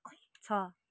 छ